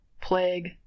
plague